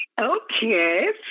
okay